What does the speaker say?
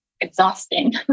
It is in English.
exhausting